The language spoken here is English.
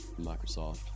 Microsoft